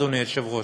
אדוני היושב-ראש.